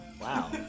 Wow